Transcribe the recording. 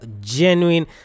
genuine